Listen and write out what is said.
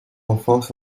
enfance